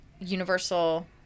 universal